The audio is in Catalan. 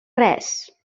res